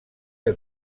que